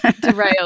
Derail